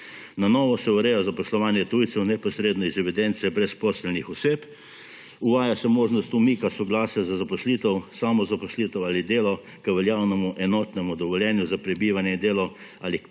Na novo se ureja zaposlovanje tujcev neposredno iz evidence brezposelnih oseb, uvaja se možnost umika soglasja za zaposlitev, samozaposlitev ali delo k veljavnemu enotnemu dovoljenju za prebivanje, delo ali k